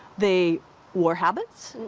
they wore habits,